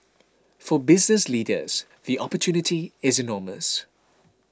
for business leaders the opportunity is enormous